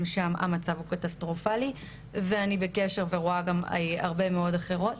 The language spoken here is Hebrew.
שם המצב הוא קטסטרופלי ואני בקשר ורואה גם הרבה מאוד אחרות.